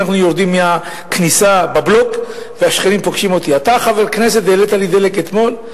כשאנחנו יורדים מהכניסה בבלוק: אתה חבר כנסת והעלית לי את מחיר דלק אתמול?